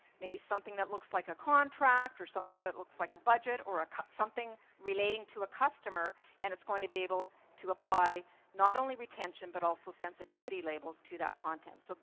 maybe something that looks like a contract or something that looks like a budget or something relating to a customer, and it's going to be able to apply not only retention but also sensitivity labels to that content. so